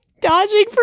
dodging